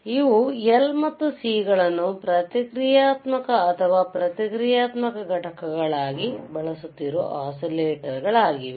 ಆದ್ದರಿಂದ ಇವು L ಮತ್ತು C ಗಳನ್ನು ಪ್ರತಿಕ್ರಿಯಾತ್ಮಕ ಅಥವಾ ಪ್ರತಿಕ್ರಿಯಾತ್ಮಕ ಘಟಕಗಳಾಗಿ ಬಳಸುತ್ತಿರುವ ಒಸಿಲೇಟಾರ್ಗಳಾಗಿವೆ